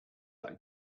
like